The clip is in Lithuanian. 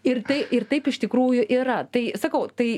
ir tai ir taip iš tikrųjų yra tai sakau tai